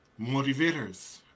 motivators